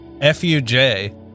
F-U-J